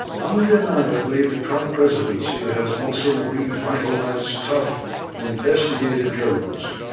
undeniably, the trump presidency has also revitalized tough investigative journalism.